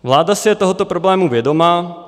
Vláda si je tohoto problému vědoma.